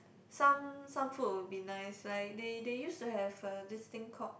some some food would be nice like they they used to have a this thing called